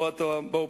או אם אתה באופוזיציה.